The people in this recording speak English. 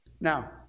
Now